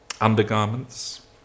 undergarments